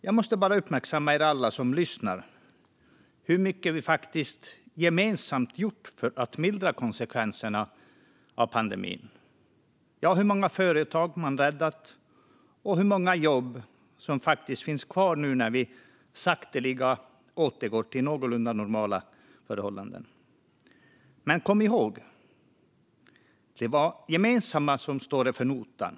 Jag måste bara uppmärksamma er alla som lyssnar på hur mycket vi gemensamt har gjort för att mildra konsekvenser av pandemin - på hur många företag man har räddat och hur många jobb som faktiskt finns kvar nu när vi så sakteliga återgår till någorlunda normala förhållanden. Men kom ihåg: Det är det gemensamma som har stått för notan!